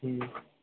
जी